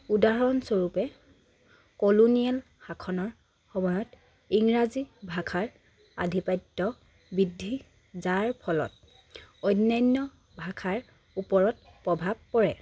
উদাহৰণস্বৰূপে কলোনিয়েল শাসনৰ সময়ত ইংৰাজী ভাষাৰ আধিপত্য বৃদ্ধি যাৰ ফলত অন্যান্য ভাষাৰ ওপৰত প্ৰভাৱ পৰে